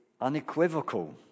unequivocal